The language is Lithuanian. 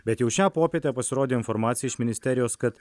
bet jau šią popietę pasirodė informacija iš ministerijos kad